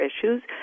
issues